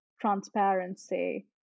transparency